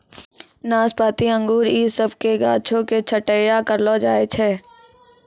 नाशपाती अंगूर इ सभ के गाछो के छट्टैय्या करलो जाय छै